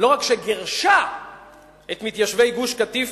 לא רק שגירשה את מתיישבי גוש-קטיף,